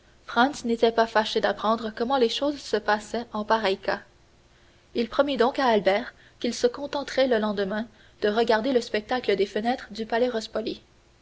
n'était pas fâché d'apprendre comment les choses se passaient en pareil cas il promit donc à albert qu'il se contenterait le lendemain de regarder le spectacle des fenêtres du